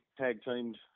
tag-teamed